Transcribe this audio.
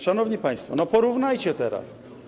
Szanowni państwo, porównajcie teraz.